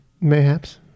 Mayhaps